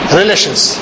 relations